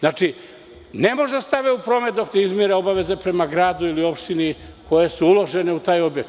Ne mogu da stave u promet dok ne izmire obaveze prema gradu ili opštini koje su uložene u taj objekat.